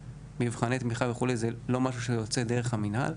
מבחני תמיכה וכדומה זה לא משהו שיוצא דרך המנהל,